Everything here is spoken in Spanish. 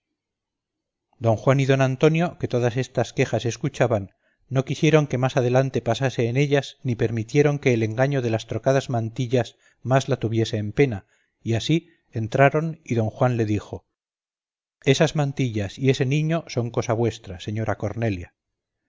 don juan y don antonio que todas estas quejas escuchaban no quisieron que más adelante pasase en ellas ni permitieron que el engaño de las trocadas mantillas más la tuviese en pena y así entraron y don juan le dijo esas mantillas y ese niño son cosa vuestra señora cornelia